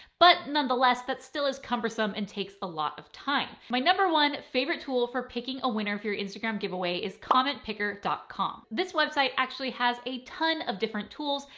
but nonetheless, that still is cumbersome and takes a lot of time. my number one favorite tool for picking a winner for your instagram, give away his commentpicker dot com this website actually has a ton of different tools,